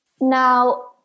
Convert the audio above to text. now